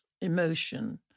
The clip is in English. emotion